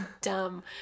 dumb